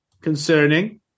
concerning